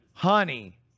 Honey